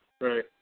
Right